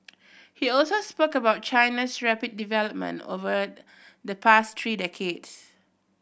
he also spoke about China's rapid development over the past three decades